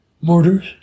mortars